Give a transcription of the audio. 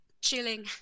chilling